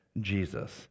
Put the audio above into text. Jesus